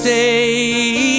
Stay